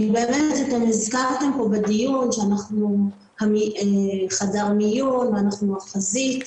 הזכרתם בדיון שאנחנו חדר מיון והחזית.